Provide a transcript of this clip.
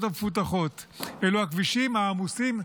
המפותחות ואלו הכבישים העמוסים בעולם.